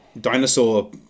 dinosaur